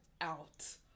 out